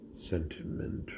sentimental